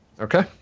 Okay